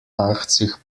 achtzig